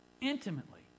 Intimately